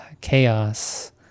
chaos